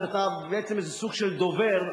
שאתה בעצם איזה סוג של דובר,